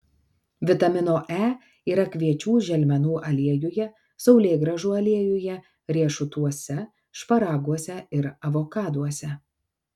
vitamino e yra kviečių želmenų aliejuje saulėgrąžų aliejuje riešutuose šparaguose ir avokaduose